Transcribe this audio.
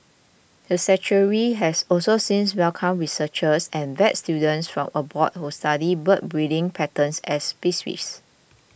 the sanctuary has also since welcomed researchers and vet students from abroad who study bird breeding patterns and species